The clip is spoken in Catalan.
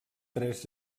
tres